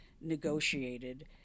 negotiated